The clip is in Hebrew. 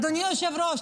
אדוני היושב-ראש,